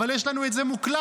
אבל יש לנו את זה מוקלט.